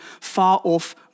far-off